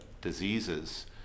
diseases